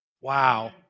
Wow